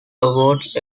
awards